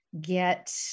get